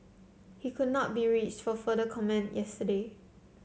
he could not be reached for further comment yesterday